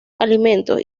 alimentos